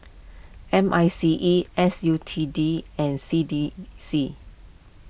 M I C E S U T D and C D C